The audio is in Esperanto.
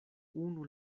unu